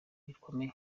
rukomeye